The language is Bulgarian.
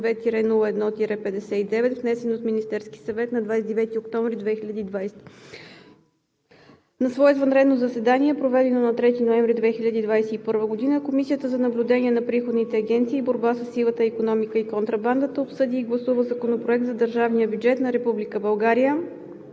г., № 002-01-59, внесен от Министерския съвет на 29 октомври 2020г. На свое извънредно заседание, проведено на 3 ноември 2020 г., Комисията за наблюдение на приходните агенции и борба със сивата икономика и контрабандата обсъди и гласува Законопроект за държавния бюджет на Република